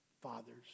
fathers